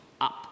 up